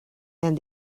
and